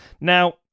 Now